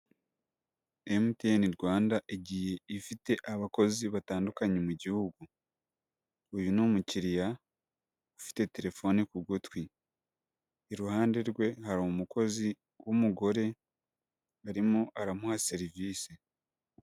MTN Rwanda igiye ifite abakozi batandukanye mu Gihugu. Uyu ni umukiriya ufite telefoni ku gutwi. Iruhande rwe hari umukozi w'umugore urimo aramuha serivisi.